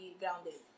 grounded